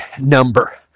number